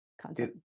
content